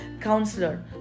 counselor